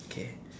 okay